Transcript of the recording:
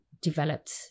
developed